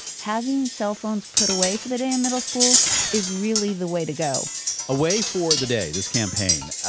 having cellphones put away for the day in middle school is really the way to go away for the day, this campaign,